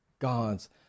God's